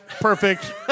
Perfect